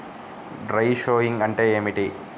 Dry sowing అంటే ఏమిటి?